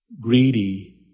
Greedy